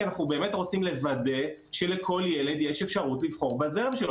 אנחנו באמת רוצים לוודא שלכל ילד יש אפשרות לבחור בזרם שלו.